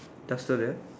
duster there